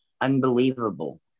unbelievable